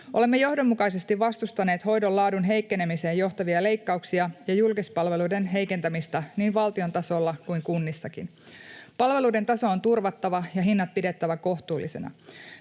Olemme johdonmukaisesti vastustaneet hoidon laadun heikkenemiseen johtavia leikkauksia ja julkispalveluiden heikentämistä niin valtion tasolla kuin kunnissakin. Palveluiden taso on turvattava ja hinnat pidettävä kohtuullisina.